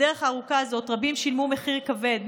בדרך הארוכה הזאת רבים שילמו מחיר כבד,